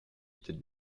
était